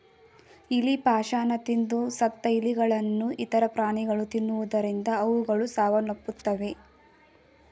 ಇಲಿ ಪಾಷಾಣ ತಿಂದು ಸತ್ತ ಇಲಿಗಳನ್ನು ಇತರ ಪ್ರಾಣಿಗಳು ತಿನ್ನುವುದರಿಂದ ಅವುಗಳು ಸಾವನ್ನಪ್ಪುತ್ತವೆ